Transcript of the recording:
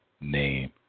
name